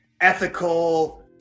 ethical